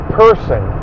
person